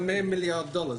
זה 100 מיליארד דולר.